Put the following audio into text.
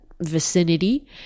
vicinity